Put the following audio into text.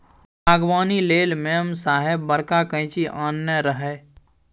बागबानी लेल मेम साहेब बड़का कैंची आनने रहय